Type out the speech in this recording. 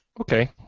Okay